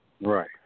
Right